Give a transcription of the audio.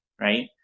right